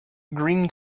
green